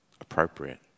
appropriate